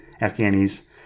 Afghanis